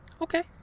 Okay